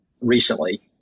recently